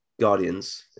Guardians